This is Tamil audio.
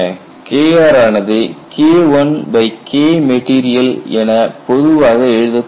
Kr ஆனது K1KMat என பொதுவாக எழுதப்படுகிறது